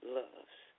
loves